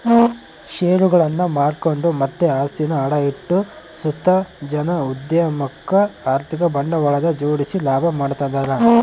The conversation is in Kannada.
ಷೇರುಗುಳ್ನ ಮಾರ್ಕೆಂಡು ಮತ್ತೆ ಆಸ್ತಿನ ಅಡ ಇಟ್ಟು ಸುತ ಜನ ಉದ್ಯಮುಕ್ಕ ಆರ್ಥಿಕ ಬಂಡವಾಳನ ಜೋಡಿಸಿ ಲಾಭ ಮಾಡ್ತದರ